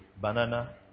banana